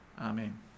Amen